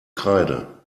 kreide